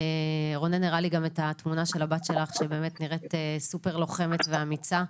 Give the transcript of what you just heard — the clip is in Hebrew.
ורונן גם הראה לי את תמונת הבת שלך שבאמת נראית סופר-לוחמת ואמיצה.